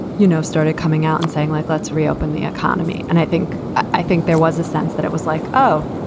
you know, started coming out and saying, like, let's reopen the economy. and i think i think there was a sense that it was like, oh,